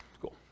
cool